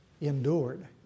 endured